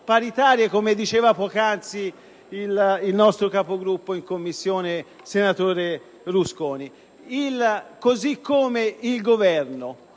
come diceva poc'anzi il nostro Capogruppo in Commissione, senatore Rusconi. Il Governo